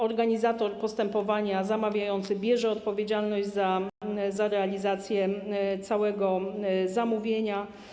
Organizator postępowania, zamawiający bierze odpowiedzialność za realizację całego zamówienia.